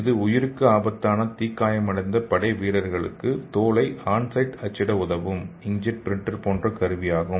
இது உயிருக்கு ஆபத்தான தீக்காயமடைந்த படைவீரர்களுக்கு தோலை ஆன் சைட் அச்சிட உதவும் இங்க் ஜெட் பிரிண்டர் போன்ற கருவியாகும்